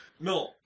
No